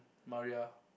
Maria